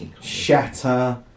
Shatter